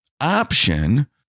option